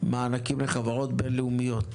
לחברות בינלאומיות